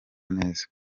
neza